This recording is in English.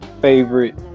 favorite